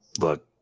look